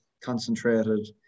concentrated